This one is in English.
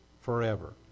forever